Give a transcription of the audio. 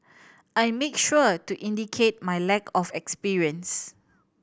I make sure to indicate my lack of experience